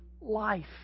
life